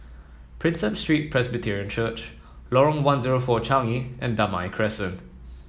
Prinsep Street Presbyterian Church Lorong one zero four Changi and Damai Crescent